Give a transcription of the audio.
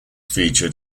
featured